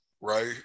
right